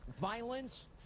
Violence